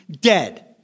dead